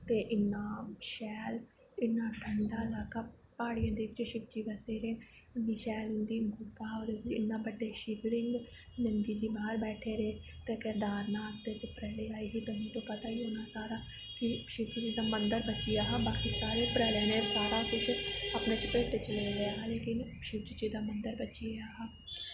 ते इन्ना शैल इन्ना ठंडा इलाका प्हाड़ियें च शिवजी बस्से दे इन्नी शैल उंदी गुफा ते इन्ना बड्डा शिव लिंग ते नंदी जी बाह्र बैठे दे ते केदार नाथ च प्रले आई ही तुसेंगी ते पता गै होना सारा इक शिव जी दा मन्दर बची गेआ हा बाकी सारा किश प्रले नै चली गेई हा ते शिव जी दा मन्दर बची गेआ हा इन्ना